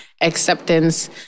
acceptance